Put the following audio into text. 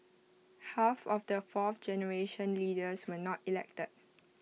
half of their fourth generation leaders were not elected